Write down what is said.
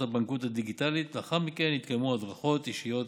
הבנקאות הדיגיטלית ולאחר מכן התקיימו הדרכות אישיות